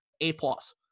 A-plus